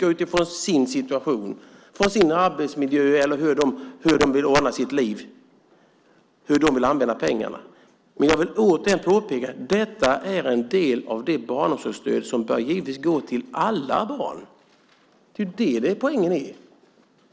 utifrån sin situation och sin arbetsmiljö hur den vill ordna sitt liv, hur den vill använda pengarna. Men jag vill återigen påpeka att detta är en del av det barnomsorgsstöd som givetvis bör gå till alla barn. Det är det poängen är.